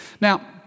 Now